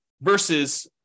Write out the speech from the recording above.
versus